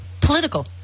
political